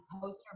poster